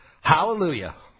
hallelujah